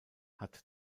hat